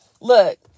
Look